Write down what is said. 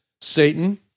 Satan